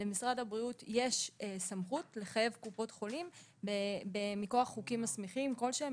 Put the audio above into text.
למשרד הבריאות יש סמכות לחייב קופות חולים מכוח חוקים מסמיכים כלשהם,